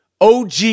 OG